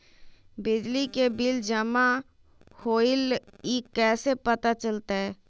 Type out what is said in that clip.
बिजली के बिल जमा होईल ई कैसे पता चलतै?